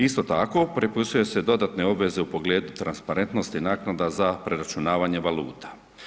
Isto tako, propisuju se dodatne obveze u pogledu transparentnosti naknada za preračunavanje valuta.